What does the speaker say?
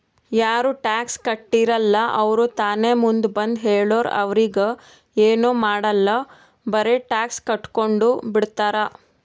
ಯಾರು ಟ್ಯಾಕ್ಸ್ ಕಟ್ಟಿರಲ್ಲ ಅವ್ರು ತಾನೇ ಮುಂದ್ ಬಂದು ಹೇಳುರ್ ಅವ್ರಿಗ ಎನ್ ಮಾಡಾಲ್ ಬರೆ ಟ್ಯಾಕ್ಸ್ ಕಟ್ಗೊಂಡು ಬಿಡ್ತಾರ್